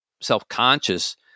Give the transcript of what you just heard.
self-conscious